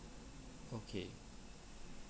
okay